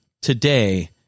today